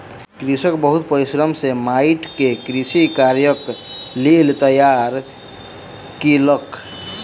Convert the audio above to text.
कृषक बहुत परिश्रम सॅ माइट के कृषि कार्यक लेल तैयार केलक